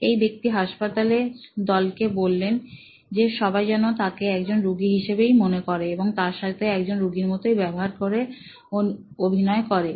এই ব্যক্তি হাসপাতালের দল কে বললেন যে সবাই যেন তাকে একজন রুগী হিসেবেই মনে করে এবং তার সাথে একজন রুগীর মতন ব্যবহার করার অভিনয় করেন